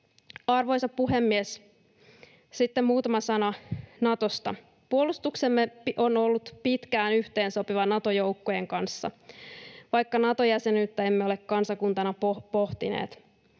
Arvoisa puhemies! Sitten muutama sana Natosta. Puolustuksemme on ollut pitkään yhteensopiva Nato-joukkojen kanssa, vaikka Nato-jäsenyyttä emme ole kansakuntana pohtineet.